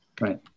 right